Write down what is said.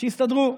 שיסתדרו.